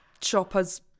chopper's